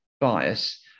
bias